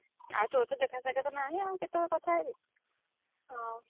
ଆଉ ତୋର ତ ଦେଖା ସାକ୍ଷାତ ତ ନାହିଁ ଆଉ କେତେବେଳେ କଥା ହେବି ହଁ